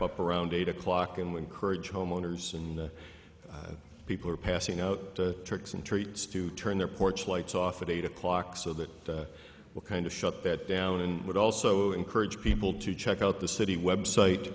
up around eight o'clock and when courage homeowners and people are passing out tricks and treats to turn their porch lights off at eight o'clock so that will kind of shut that down and would also encourage people to check out the city web site